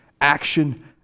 action